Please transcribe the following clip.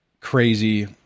crazy